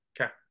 Okay